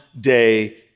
day